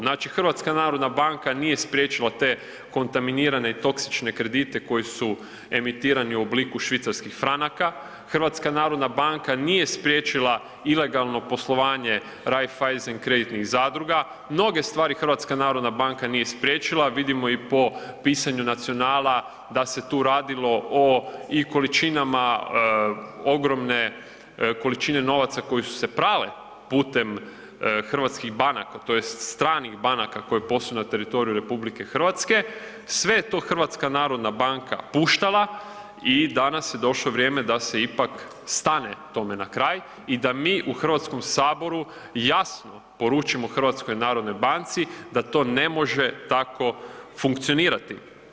Znači, HNB nije spriječila te kontaminirane i toksične kredite koji su emitirani u obliku švicarskih franaka, HNB nije spriječila ilegalno poslovanje Raiffeisen kreditnih zadruga, mnoge stvari HNB nije spriječila, vidimo i po pisanju „Nacionala“ da se tu radilo o i količinama, ogromne količine novaca koje su se prale putem hrvatskih banaka tj. stranih banaka koje posluju na teritoriju RH, sve je to HNB puštala i danas je došlo vrijeme da se ipak stane tome na kraj i da mi u HS jasno poručimo HNB-u da to ne može tako funkcionirati.